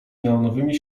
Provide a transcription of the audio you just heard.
neonowymi